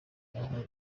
aho